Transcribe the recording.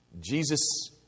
Jesus